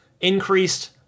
increased